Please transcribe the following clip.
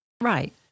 Right